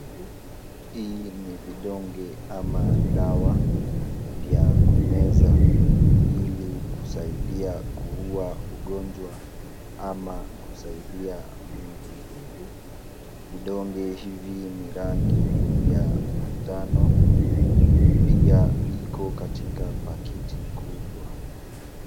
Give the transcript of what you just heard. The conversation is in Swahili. Hii ni vidonge ama dawa vya kumeza ili kusaidia kuua ugonjwa ama kusaidia mwili. Vidonge hivi ni rangi ya manjano na pia iko katika pakiti kubwa.